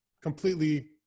completely